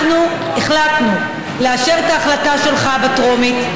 אנחנו החלטנו לאשר את ההצעה שלך בטרומית.